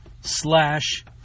Slash